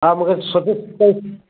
हा मूंखे सुठे सां